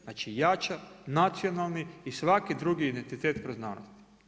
Znači jača nacionalni i svaki drugi identitet kroz znanost.